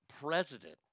president